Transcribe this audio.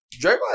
Draymond